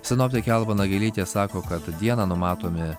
sinoptikė alva nagelytė sako kad dieną numatomi